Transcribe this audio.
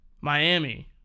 Miami